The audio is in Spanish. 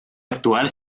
actual